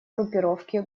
группировке